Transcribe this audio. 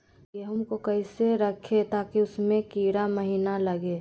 गेंहू को कैसे रखे ताकि उसमे कीड़ा महिना लगे?